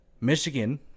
Michigan